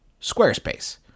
Squarespace